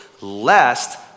lest